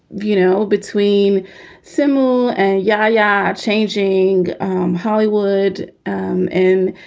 you know, between simul and ya-ya, changing hollywood in,